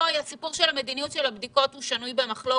סיפור מדיניות הבדיקות שנוי במחלוקת.